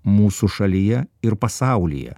mūsų šalyje ir pasaulyje